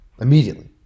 immediately